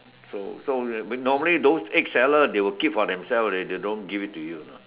so so normally those egg sellers they will keep for themselves already they don't give it to you you know